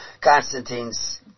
Constantine's